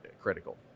critical